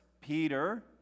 Peter